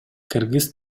кыргыз